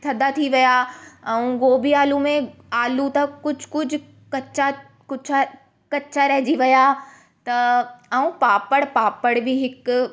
थदा थी विया ऐं गोभी आलू में आलू त कुझु कुझु कच्चा कुझु कच्चा रहिजी विया त ऐं पापड़ पापड़ बि हिकु